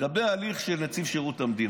לגבי הליך של נציב שירות המדינה,